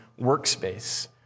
workspace